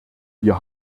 wir